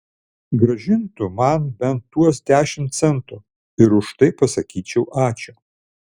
grąžintų man bent tuos dešimt centų ir už tai pasakyčiau ačiū